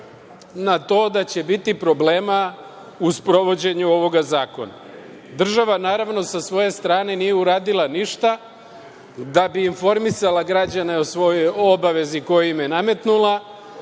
na to da će biti problema u sprovođenju ovoga zakona. Država, naravno, sa svoje strane nije uradila ništa da bi informisala građane o svojoj obavezi koju im je nametnula,